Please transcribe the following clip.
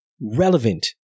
relevant